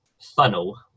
funnel